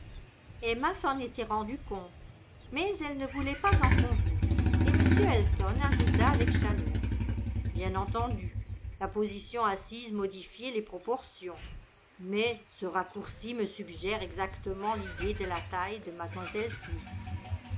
emma s'en était rendu compte mais elle ne voulait pas en convenir et m elton ajouta avec chaleur bien entendu la position assise modifie les proportions mais ce raccourci me suggère exactement l'idée de la taille de mlle smith